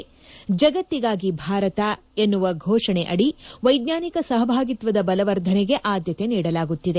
ಜಗತ್ತಿಗಾಗಿ ಭಾರತ ಎನ್ನುವ ಘೋಷಣೆ ಅದಿ ವೈಜ್ಞಾನಿಕ ಸಹಭಾಗಿತ್ವದ ಬಲವರ್ಧನೆಗೆ ಆದ್ಯತೆ ನೀಡಲಾಗುತ್ತಿದೆ